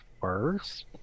first